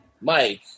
Mike